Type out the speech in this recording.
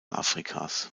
afrikas